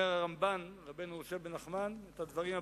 אומר הרמב"ן, רבנו משה בן נחמן, את הדברים הבאים: